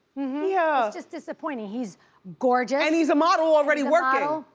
yeah just disappointing. he's gorgeous. and he's a model, already working.